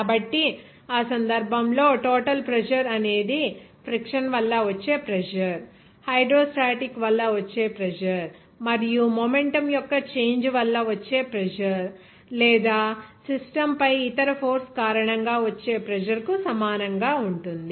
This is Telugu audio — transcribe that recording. కాబట్టి ఆ సందర్భంలో టోటల్ ప్రెజర్ అనేది ఫ్రిక్షన్ వల్ల వచ్చే ప్రెజర్ హైడ్రోస్టాటిక్ వల్ల వచ్చే ప్రెజర్ మరియు మొమెంటం యొక్క చేంజ్ వల్ల వచ్చే ప్రెజర్ లేదా సిస్టమ్ పై ఇతర ఫోర్స్ కారణంగా వచ్చే ప్రెజర్ కు సమానంగా ఉంటుంది